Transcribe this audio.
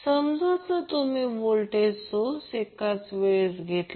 समजा जर तुम्ही व्होल्टेज सोर्स एका वेळेस घेतला